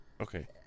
Okay